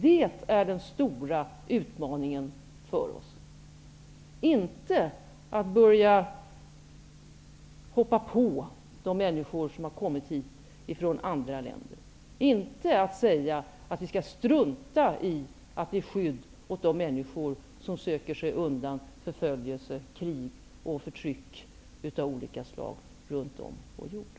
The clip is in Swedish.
Det är den stora utmaningen för oss -- inte att börja hoppa på de människor som har kommit hit från andra länder eller att säga att vi skall strunta i att ge skydd åt de människor som söker sig undan förföljelse, krig och förtryck av olika slag runt om vår jord.